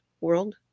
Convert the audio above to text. world